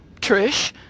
Trish